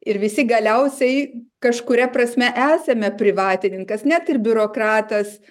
ir visi galiausiai kažkuria prasme esame privatininkas net ir biurokratas